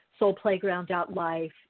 soulplayground.life